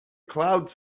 cloud